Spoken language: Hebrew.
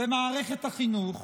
במערכת החינוך,